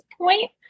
point